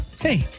hey